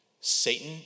Satan